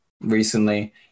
recently